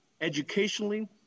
educationally